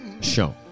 show